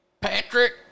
Patrick